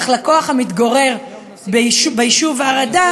אך לקוח המתגורר ביישוב הר-אדר,